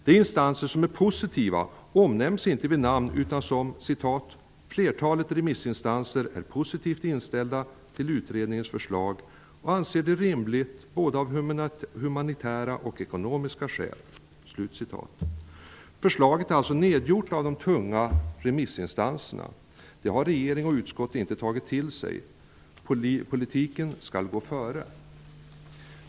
De instanser som är positiva omnämns inte vid namn utan som ''flertalet remissinstanser'', vilka sägs vara ''positivt inställda till regeringens förslag och anser det rimligt både av humanitära och ekonomiska skäl''. Förslaget är alltså nedgjort av de tunga remissinstanserna. Det har regering och utskott inte tagit till sig. Politiken skall gå före!